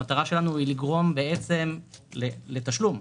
המטרה שלנו היא בעצם לגרום לתשלום.